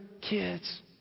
kids